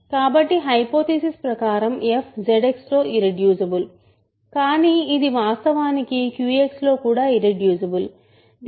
కాబట్టి హైపోథిసిస్ ప్రకారం f ZX లో ఇర్రెడ్యూసిబుల్ కానీ ఇది వాస్తవానికి QX లో కూడా ఇర్రెడ్యూసిబుల్